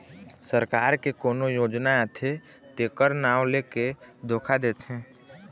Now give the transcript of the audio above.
सरकार के कोनो योजना आथे तेखर नांव लेके धोखा देथे